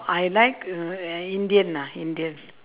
I like uh indian ah indian